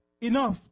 enough